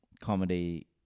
comedy